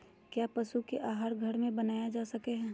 क्या पशु का आहार घर में बनाया जा सकय हैय?